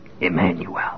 Emmanuel